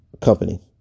company